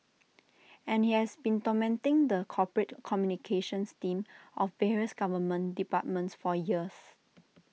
and he has been tormenting the corporate communications team of various government departments for years